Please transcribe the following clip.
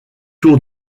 tour